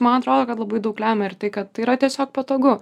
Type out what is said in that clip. man atrodo kad labai daug lemia ir tai kad tai yra tiesiog patogu